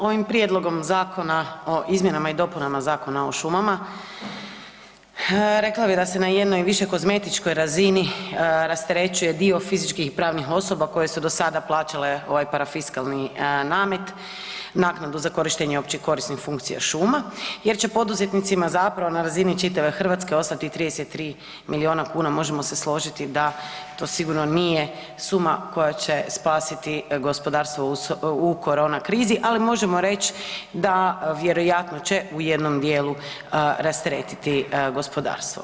Ovim prijedlogom zakona o izmjenama i dopunama Zakona o šumama rekla bi da se na jednoj više kozmetičkoj razini rasterećuje dio fizičkih i pravnih osoba koje su do sada plaćale ovaj parafiskalni namet, naknadu za korištenje opće korisnih funkcija šuma jer će poduzetnicima zapravo na razini čitave Hrvatske ostati 33 milijuna kuna, možemo se složiti da to sigurno nije suma koja će spasiti gospodarstvo u korona krizi, ali možemo reć da vjerojatno će u jednom dijelu rasteretiti gospodarstvo.